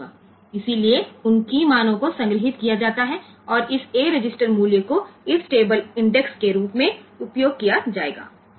તેથી તે કી ની કિંમતો સંગ્રહિત થાય છે અને આ A રજિસ્ટર મૂલ્યનો ઉપયોગ આ કોષ્ટકમાં ઇન્ડેક્સ કરવા માટે કરવામાં આવશે